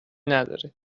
نداره